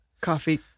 Coffee